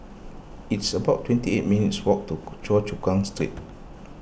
it's about twenty eight minutes' walk to Choa Chu Kang Street